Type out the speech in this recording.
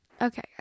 Okay